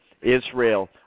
Israel